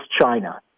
China